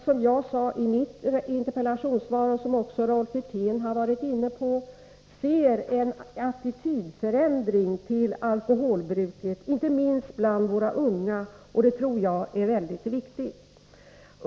Som jag sade i interpellationssvaret, och som också Rolf Wirtén var inne på, ser vi nu en förändring av attityden till alkohol, inte minst bland våra unga, och jag tror att det är mycket viktigt.